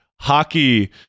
hockey